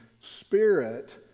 spirit